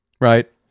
right